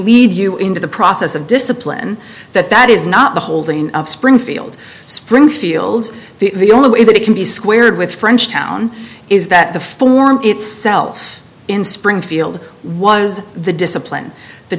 lead you into the process of discipline that that is not the holding of springfield springfield's the only way that it can be squared with frenchtown is that the form itself in springfield was the discipline the